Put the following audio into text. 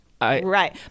Right